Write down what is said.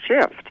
shift